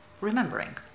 remembering